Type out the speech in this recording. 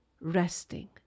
resting